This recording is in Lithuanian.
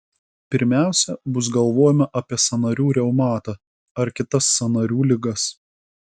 pirmiausia bus galvojama apie sąnarių reumatą ar kitas sąnarių ligas